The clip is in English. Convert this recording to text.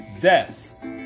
death